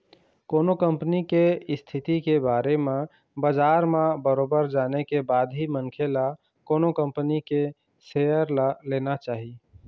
कोनो कंपनी के इस्थिति के बारे म बजार म बरोबर जाने के बाद ही मनखे ल कोनो कंपनी के सेयर ल लेना चाही